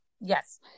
Yes